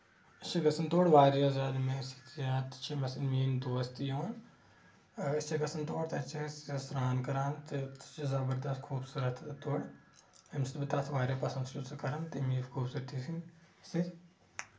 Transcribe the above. أسۍ چھِ گژھان تور واریاہ زیادٕ چھِ میٲنۍ دوس تہِ یِوان أسۍ چھِ گژھان تور تَتہِ چھِ أسۍ سران کران تہٕ سُہ چھ زَبردست خوبصوٗرَت تور ییٚمہِ سۭتۍ بہٕ تَتھ واریاہ پسنٛد چھس بہٕ کران تَمہِ خوٗبصوٗرتی سۭتۍ